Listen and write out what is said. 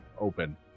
open